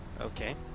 okay